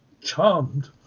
Charmed